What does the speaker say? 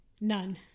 none